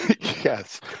Yes